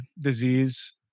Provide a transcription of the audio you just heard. disease